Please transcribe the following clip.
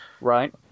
Right